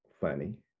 funny